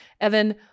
evan